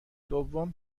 دوم